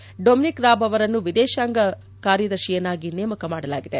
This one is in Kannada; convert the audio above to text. ಅಲ್ಲದೆ ಡೊಮೆನಿಕ್ ರಾಬ್ ಅವರನ್ನು ದೇಶದ ವಿದೇಶಾಂಗ ಕಾರ್ಯದರ್ಶಿಯನ್ನಾಗಿ ನೇಮಕ ಮಾಡಲಾಗಿದೆ